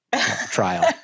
trial